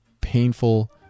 Painful